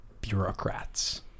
bureaucrats